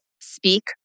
speak